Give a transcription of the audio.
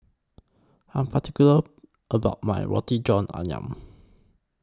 I'm particular about My Roti John Ayam